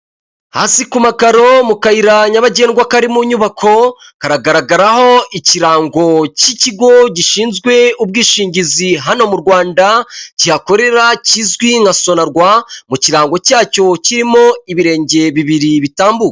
Hasi ku makaro, mu kayira nyabagendwa kari mu nyubako, haragaragaraho ikirango cy'ikigo gishinzwe ubwishingizi hano mu Rwanda, kihakorera kizwi nka sonerwa, mu kirango cyacyo kirimo ibirenge bibiri bitambuka.